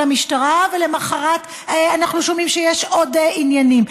המשטרה ולמוחרת אנחנו שומעים שיש עוד עניינים.